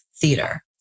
theater